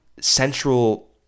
central